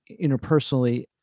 interpersonally